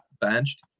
benched